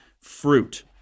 fruit